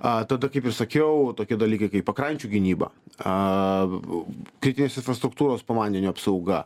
a tada kaip ir sakiau tokie dalykai kaip pakrančių gynyba a kritinės infrastruktūros po vandeniu apsauga